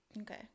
Okay